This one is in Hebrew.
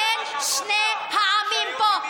בין שני העמים פה.